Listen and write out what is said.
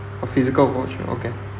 a physical voucher okay